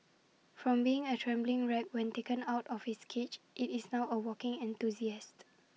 from being A trembling wreck when taken out of its cage IT is now A walking enthusiast